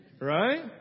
Right